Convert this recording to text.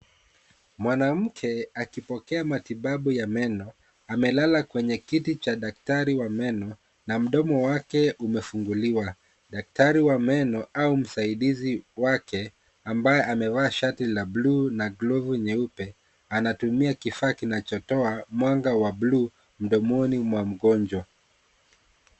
Mwanamke akipokea matibabu ya meno amelala kwenye kiti cha daktari wa meno na mdomo wake umefunguliwa. Daktari wa meno au msaidizi wake ambaye amevaa shati la bluu na glovu nyeupe anatumia kifaa kinachotoa mwanga wa bluu mdomoni mwa mgonjwa.